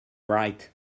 right